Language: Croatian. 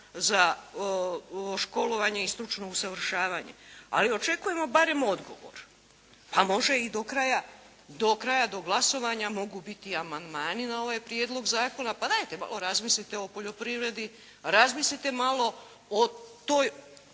za školovanje i stručno usavršavanje. Ali očekujemo barem odgovor, a može i do kraja, do glasovanja mogu biti i amandmani na ovaj prijedlog zakona. Pa dajte malo razmislite o poljoprivredi, razmislite malo o toj